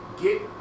get